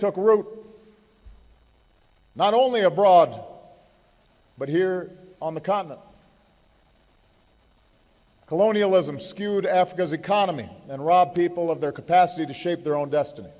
root not only abroad but here on the continent colonialism skewed africa's economy and rob people of their capacity to shape their own destiny